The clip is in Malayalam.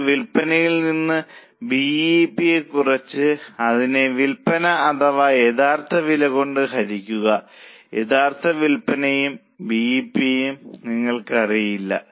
ഇത് വിൽപ്പനയിൽ നിന്ന് ബി ഇ പി കുറച്ച് അതിനെ വിൽപ്പന അഥവാ യഥാർത്ഥ വില്പനകൊണ്ട് ഹരിക്കുക യഥാർത്ഥ വിൽപനയും ബി ഇ പി യും നിങ്ങൾക്കറിയില്ല